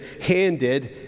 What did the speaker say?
handed